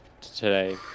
today